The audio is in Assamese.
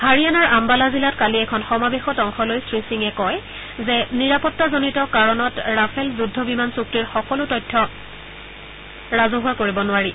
হাৰিয়ানাৰ আম্বালা জিলাত কালি এখন সমাৱেশত অংশ লৈ শ্ৰীসিঙে কয় যে নিৰাপতাজনিত কাৰণত ৰাফেল যুদ্ধ বিমান চুক্তিৰ সকলো তথ্য ৰাজহুৱা কৰিব নোৱাৰি